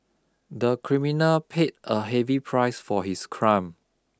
the criminal paid a heavy price for his crime